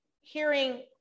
hearing